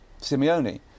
Simeone